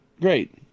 great